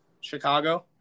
Chicago